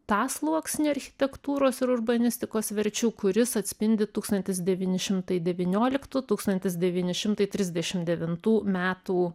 tą sluoksnį architektūros ir urbanistikos verčių kuris atspindi tūkstantis devyni šimtai devynioliktų tūkstantis devyni šimtai trisdešim devintų metų